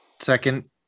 Second